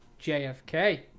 JFK